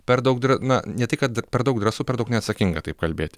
per daug dra na tai kad per daug drąsu per daug neatsakinga taip kalbėti